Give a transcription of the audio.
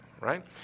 right